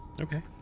Okay